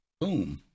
boom